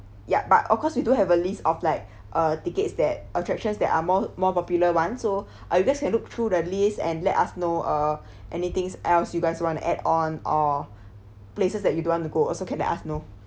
ya but of course we do have a list of like uh tickets that attractions that are more more popular [one] so uh you just have to look through the list and let us know uh anything else you guys want to add on or places that you don't want to go also can let us know